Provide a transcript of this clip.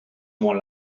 more